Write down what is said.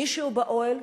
מישהו באוהל,